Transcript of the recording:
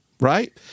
right